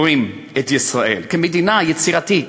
רואים את ישראל: כמדינה יצירתית,